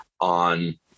on